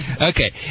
Okay